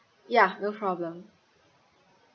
ya no problem